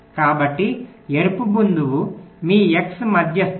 కాబట్టి ఎరుపు బిందువు మీ x మధ్యస్థం